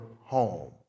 home